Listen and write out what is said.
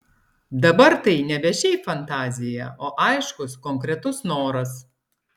dabar tai nebe šiaip fantazija o aiškus konkretus noras